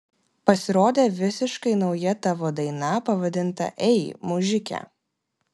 pasirodė visiškai nauja tavo daina pavadinta ei mužike